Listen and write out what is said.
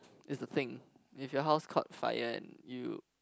it's a thing if your house caught fire and you